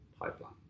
pipeline